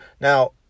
Now